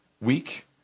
week